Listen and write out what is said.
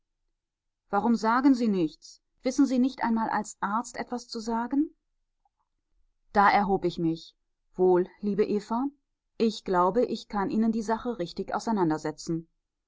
warum sagen sie nichts wissen sie nicht einmal als arzt etwas zu sagen da erhob ich mich wohl liebe eva ich glaube ich kann ihnen die sache richtig auseinandersetzen